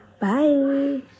bye